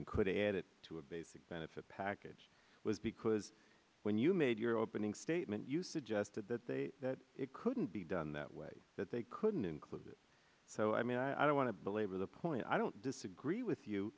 commission could add it to a basic benefit package was because when you made your opening statement you suggested that they that it couldn't be done that way that they couldn't include it so i mean i don't want to belabor the point i don't disagree with you